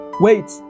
wait